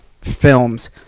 films